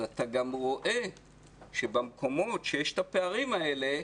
אז אתה גם רואה שבמקומות שיש את הפערים האלה,